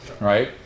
right